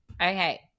Okay